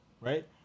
Right